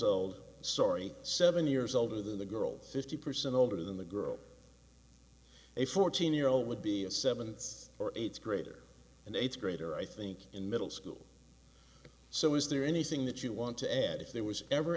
old sorry seven years older than the girls fifty percent older than the girl a fourteen year old would be a seven pts or eighth grader an eighth grader i think in middle school so is there anything that you want to add if there was ever